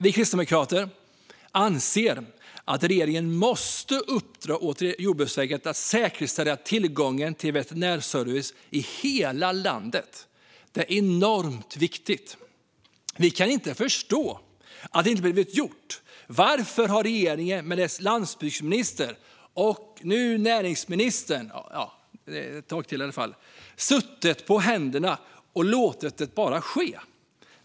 Vi kristdemokrater anser att regeringen måste uppdra åt Jordbruksverket att säkerställa tillgången till veterinär service i hela landet. Det är enormt viktigt. Vi kan inte förstå att det inte har blivit gjort. Varför har regeringen med dess landsbygdsminister och nu näringsminister, i alla fall ett tag till, suttit på händerna och låtit detta bara ske?